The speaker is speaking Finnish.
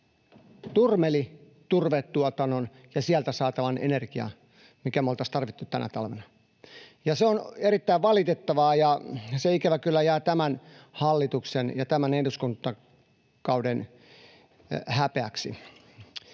turmeli turvetuotannon ja sieltä saatavan energian, mikä me oltaisiin tarvittu tänä talvena. Se on erittäin valitettavaa, ja se ikävä kyllä jää tämän hallituksen ja tämän eduskuntakauden häpeäksi.